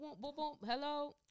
hello